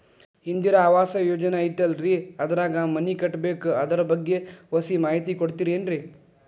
ಇಂದಿರಾ ಆವಾಸ ಯೋಜನೆ ಐತೇಲ್ರಿ ಅದ್ರಾಗ ಮನಿ ಕಟ್ಬೇಕು ಅದರ ಬಗ್ಗೆ ಒಸಿ ಮಾಹಿತಿ ಕೊಡ್ತೇರೆನ್ರಿ?